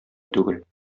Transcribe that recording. түгел